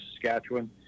Saskatchewan